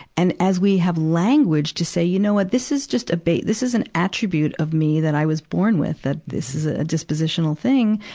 and as we have language to say, you know what? this is just a ba, this is an attribute of me that i was born with, that this is a dispositional thing.